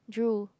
drool